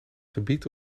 gebied